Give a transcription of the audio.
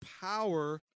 power